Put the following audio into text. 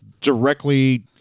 directly